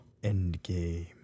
Endgame